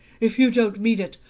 if you don't mean it!